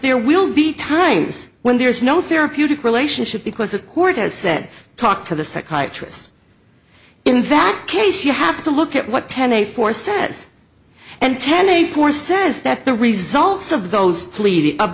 there will be times when there is no therapeutic relationship because the court has said talk to the psychiatrist in value case you have to look at what ten a four says and ten a force says that the results of those pleading of